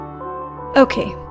Okay